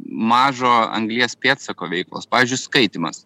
mažo anglies pėdsako veiklos pavyzdžiui skaitymas